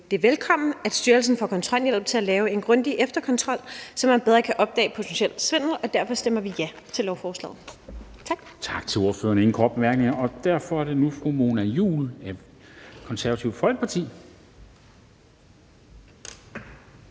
det velkommen, at styrelsen får kontrolhjælp til at lave en grundig efterkontrol, så man bedre kan opdage potentiel svindel. Derfor stemmer vi ja til lovforslaget. Kl. 13:53 Formanden (Henrik Dam Kristensen): Tak til ordføreren. Der er ingen korte bemærkninger, og derfor er det nu fru Mona Juul, Det Konservative Folkeparti.